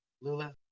Lula